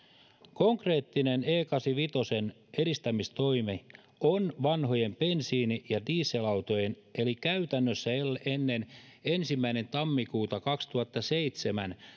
konkreettinen e kahdeksankymmenenviiden edistämistoimi on vanhojen bensiini ja dieselautojen eli käytännössä ennen ensimmäinen ensimmäistä kaksituhattaseitsemän